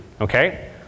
okay